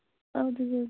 اَدٕ حظ اَدٕ